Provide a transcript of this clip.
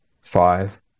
five